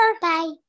Bye